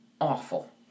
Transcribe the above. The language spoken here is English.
awful